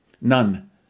none